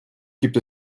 gibt